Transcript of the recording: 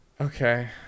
Okay